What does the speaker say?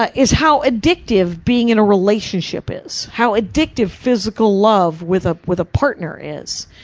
ah is how addictive being in a relationship is. how addictive physical love with ah with a partner is.